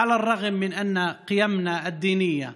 אף שהערכים הדתיים שלנו